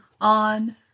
On